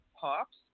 pops